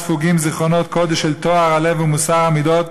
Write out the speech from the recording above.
הספוגים זיכרונות קודש של טוהר הלב ומוסר המידות,